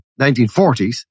1940s